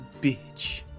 bitch